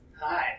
Hi